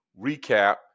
recap